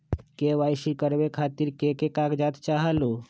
KYC करवे खातीर के के कागजात चाहलु?